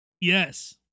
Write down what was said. Yes